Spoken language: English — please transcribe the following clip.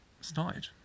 started